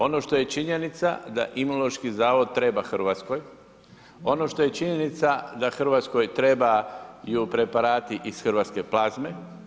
Ono što je činjenica da Imunološki zavod treba Hrvatskoj, ono što je činjenica da Hrvatskoj trebaju preparati iz hrvatske plazme.